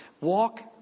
Walk